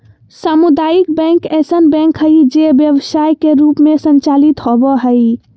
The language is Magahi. सामुदायिक बैंक ऐसन बैंक हइ जे व्यवसाय के रूप में संचालित होबो हइ